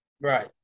Right